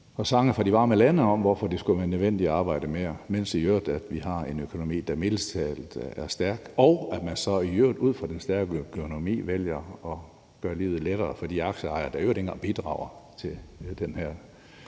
og sange fra de varme lande om, hvorfor det skulle være nødvendigt at arbejde mere, mens vi i øvrigt har en økonomi, der mildest talt er stærk, og så vælger man i øvrigt ud fra den stærke økonomi at gøre livet lettere for de aktieejere, der i øvrigt ikke engang bidrager til det her